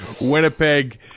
Winnipeg